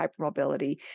hypermobility